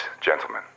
gentlemen